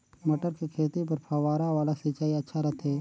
मटर के खेती बर फव्वारा वाला सिंचाई अच्छा रथे?